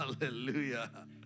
Hallelujah